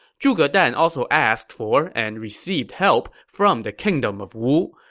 zhuge dan also asked for and received help from the kingdom of wu,